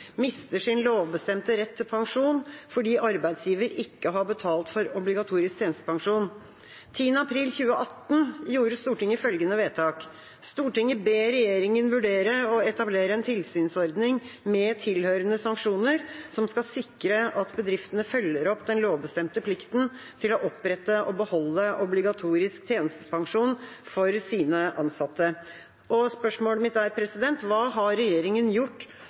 mister sin lovbestemte rett til pensjon fordi arbeidsgiver ikke har betalt for obligatorisk tjenestepensjon. 10. april 2018 gjorde Stortinget følgende vedtak: «Stortinget ber regjeringen vurdere å etablere en tilsynsordning med tilhørende sanksjoner, som skal sikre at bedriftene følger opp den lovbestemte plikten til å opprette og beholde obligatorisk tjenestepensjon for sine ansatte.»